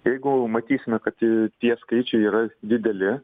jeigu matysime kad tie skaičiai yra dideli